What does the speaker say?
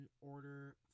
order